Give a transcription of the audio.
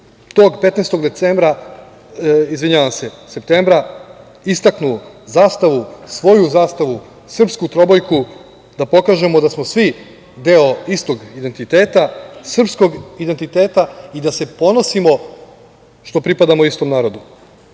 ili Vukovaru i Kninu, tog 15. septembra istaknu zastavu, svoju zastavu, srpsku trobojku da pokažemo da smo svi istog identiteta, srpskog identiteta i da se ponosimo što pripadamo istom narodu. Želimo